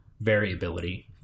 variability